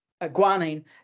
guanine